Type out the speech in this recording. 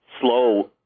slow